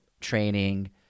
training